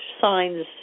signs